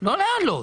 לא להעלות.